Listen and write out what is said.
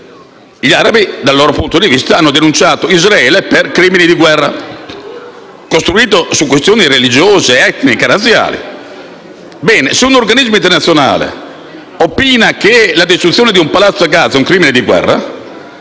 Gli arabi, dal loro punto di vista, hanno denunciato Israele per crimini di guerra, fondati su questioni religiose, etniche e razziali. Ebbene, qualora un organismo internazionale opina che la distruzione di un palazzo a Gaza è un crimine di guerra,